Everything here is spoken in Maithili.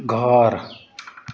घर